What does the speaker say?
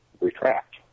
retract